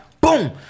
Boom